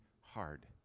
hard